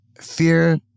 fear